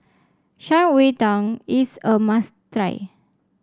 Shan Rui Tang is a must